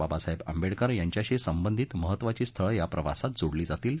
बाबासाहेब आंबेडकर यांच्याशी संबंधित महत्वाची स्थळ या प्रवासात जोडली जातील